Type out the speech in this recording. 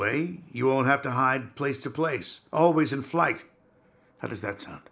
way you won't have to hide place to place always in flight how does that sound